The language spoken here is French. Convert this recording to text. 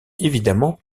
évidemment